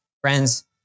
Friends